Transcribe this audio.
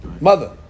mother